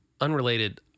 unrelated